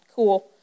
cool